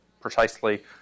precisely